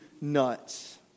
nuts